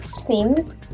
Seems